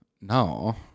No